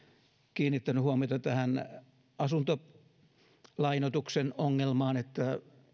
kiinnittänyt huomiota tähän asuntolainoituksen ongelmaan että